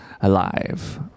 alive